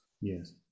Yes